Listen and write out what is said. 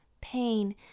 pain